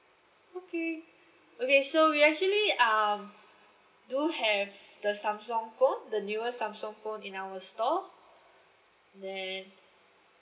okay okay so we actually um do have the samsung phone the newest samsung phone in our store then